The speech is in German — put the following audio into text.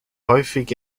häufig